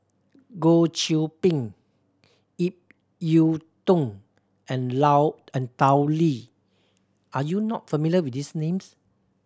Goh Qiu Bin Ip Yiu Tung and Lao and Tao Li are you not familiar with these names